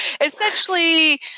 essentially